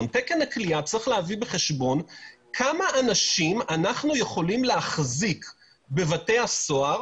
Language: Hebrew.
תקן הכליאה צריך להביא בחשבון כמה אנשים אנחנו יכולים להחזיק בבתי הסוהר